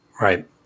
Right